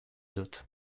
dut